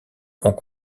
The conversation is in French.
ont